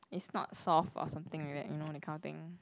it's not soft or something like that you know that kind of thing